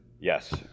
Yes